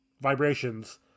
vibrations